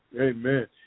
Amen